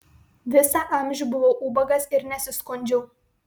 visą amžių buvau ubagas ir nesiskundžiau